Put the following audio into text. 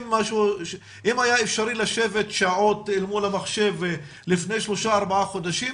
אם היה אפשרי לשבת שעות מול המחשב לפני שלושה-ארבעה חודשים,